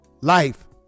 life